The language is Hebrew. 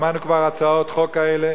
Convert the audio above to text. שמענו כבר הצעות חוק כאלה,